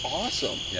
awesome